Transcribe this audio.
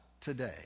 today